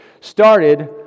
started